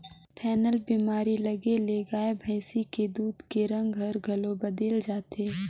थनैल बेमारी लगे ले गाय भइसी के दूद के रंग हर घलो बदेल जाथे